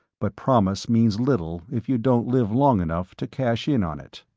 but promise means little if you don't live long enough to cash in on it.